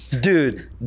dude